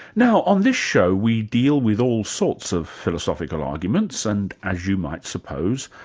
now on this show we deal with all sorts of philosophical arguments, and as you might suppose,